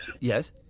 Yes